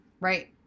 right